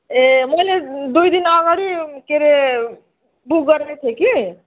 ए मैले दुई दिन अगाडि के अरे बुक गरेको थिएँ कि